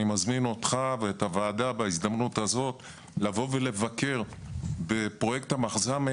בהזדמנות הזאת אני מזמין אותך ואת הוועדה לבוא ולבקר בפרויקט המכז"מים,